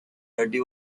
dirty